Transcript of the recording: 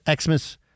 Xmas